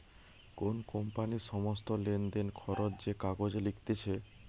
কোন কোম্পানির সমস্ত লেনদেন, খরচ যে কাগজে লিখতিছে